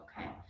okay